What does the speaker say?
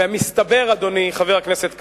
מסתבר, אדוני, חבר הכנסת כבל,